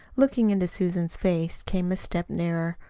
looking into susan's face, came a step nearer.